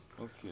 Okay